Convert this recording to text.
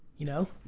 you know?